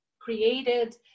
created